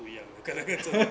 不一样了改来个证